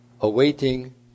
awaiting